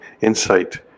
insight